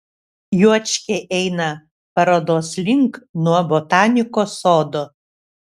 juočkiai eina parodos link nuo botanikos sodo